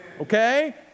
Okay